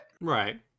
Right